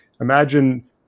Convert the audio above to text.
imagine